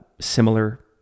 similar